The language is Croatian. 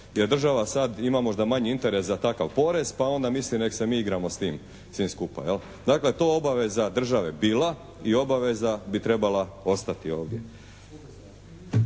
jer država sada ima možda manji interes za takav porez pa onda misli neka se mi igramo s tim svim skupa. Dakle, to je obaveza države bila i obaveza bi trebala ostati ovdje.